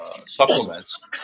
supplements